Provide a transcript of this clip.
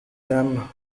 them